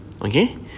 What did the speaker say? Okay